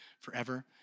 forever